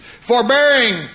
Forbearing